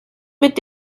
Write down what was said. mit